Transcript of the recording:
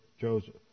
Joseph